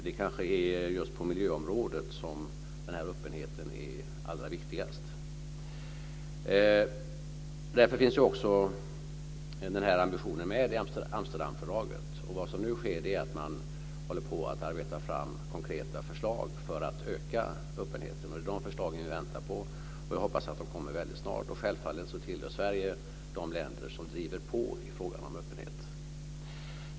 Det är kanske just på miljöområdet som öppenheten är allra viktigast. Det är därför som ambitionen finns med i Amsterdamfördraget. Vad som nu sker är att man håller på att arbeta fram konkreta förslag för att öka öppenheten. Det är de förslagen som vi väntar på. Jag hoppas att de kommer väldigt snart. Självfallet hör Sverige till de länder som driver på i fråga om öppenhet.